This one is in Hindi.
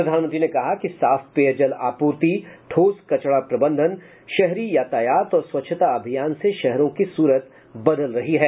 प्रधानमंत्री ने कहा कि साफ पेयजल आपूर्ति ठोस कचड़ा प्रबंधन शहरी यातायात और स्वच्छता अभियान से शहरों की सूरत बदल रही है